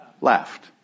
laughed